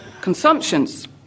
consumptions